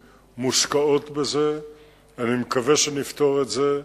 מושקעות בזה ואני מקווה שנפתור את זה.